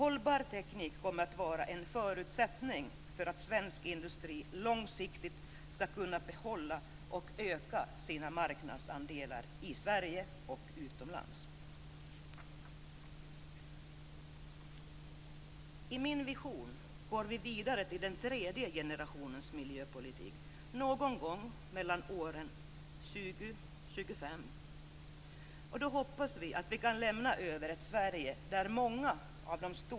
Hållbar teknik kommer att vara en förutsättning för att svensk industri långsiktigt skall kunna behålla och öka sina marknadsandelar i Sverige och utomlands. I min vision går vi vidare till den tredje generationens miljöpolitik någon gång mellan åren 2020 och 2025.